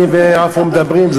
שאני ועפו מדברים?